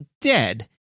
dead